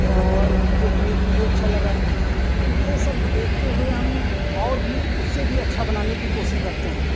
और देखने में भी अच्छा लगा तो यह सब देखते हुए हम और भी उससे भी अच्छा बनाने की कोशिश करते हैं